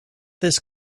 this